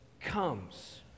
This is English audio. comes